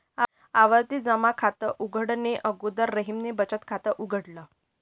आवर्ती जमा खात उघडणे अगोदर रहीमने बचत खात उघडल